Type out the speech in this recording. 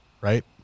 right